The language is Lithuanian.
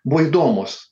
buvo įdomūs